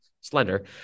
slender